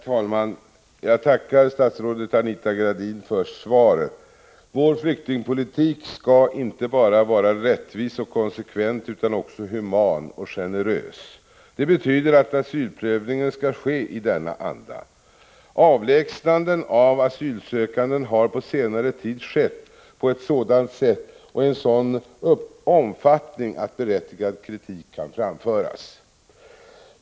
Herr talman! Jag tackar statsrådet Anita Gradin för svaret. Vår flyktingpolitik skall inte bara vara rättvis och konsekvent utan också human och generös. Det betyder att asylprövningen skall ske i denna anda. Avlägsnanden av asylsökande har på senare tid skett på ett sådant sätt och i en sådan omfattning att berättigad kritik kan framföras.